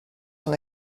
son